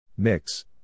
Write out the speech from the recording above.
Mix